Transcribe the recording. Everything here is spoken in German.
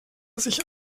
sich